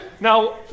Now